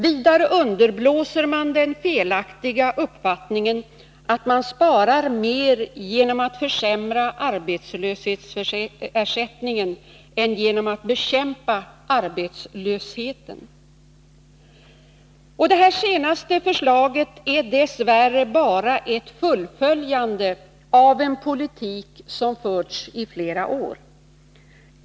Vidare underblåser man den felaktiga uppfattningen att man sparar mer genom att försämra arbetslöshetsersättningen än genom att bekämpa arbetslösheten. Detta senaste förslag är dess värre bara ett fullföljande av en politik som har förts i flera år.